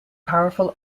powerful